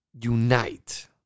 unite